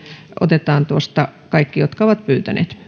otetaan tuosta kaikki jotka ovat pyytäneet